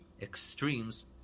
extremes